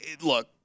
Look